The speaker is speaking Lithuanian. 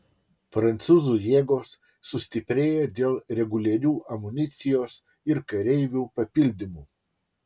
prancūzų jėgos sustiprėja dėl reguliarių amunicijos ir kareivių papildymų